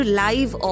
live